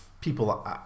people